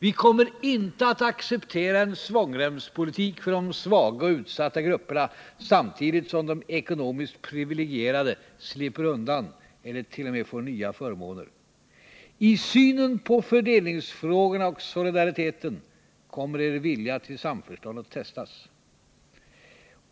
Vi kommer inte att acceptera en svångremspolitik för de svaga och utsatta grupperna, samtidigt som de ekonomiskt privilegierade slipper undan eller t.o.m. får nya förmåner. I synen på fördelningsfrågorna och solidariteten kommer er vilja till samförstånd att testas.